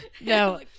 No